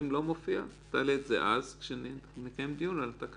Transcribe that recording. אם זה לא מופיע תעלה את זה אז כשנקיים דיון על התקנות.